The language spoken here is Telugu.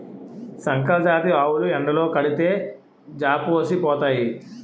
సంకరజాతి ఆవులు ఎండలో కడితే జాపోసిపోతాయి